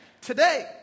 Today